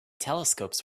telescopes